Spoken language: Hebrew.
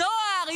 נוער,